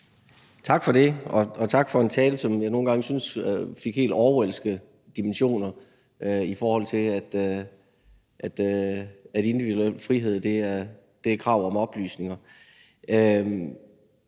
Tak for det. Og tak for en tale, som jeg synes nogle gange fik helt orwellske dimensioner, i forhold til at individuel frihed er krav om oplysninger.